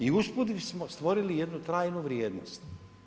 I usput bismo stvorili jednu trajnu vrijednost.